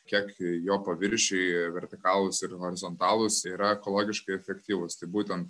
kiek jo paviršiai vertikalūs ir horizontalūs yra ekologiškai efektyvūs tai būtent